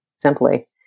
simply